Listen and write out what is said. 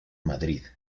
madrid